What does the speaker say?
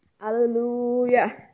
hallelujah